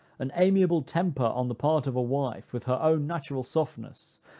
an amiable temper on the part of a wife, with her own natural softness,